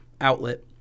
outlet